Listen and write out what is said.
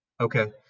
Okay